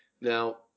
Now